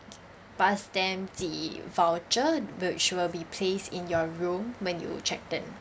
pass them the voucher which will be placed in your room when you check in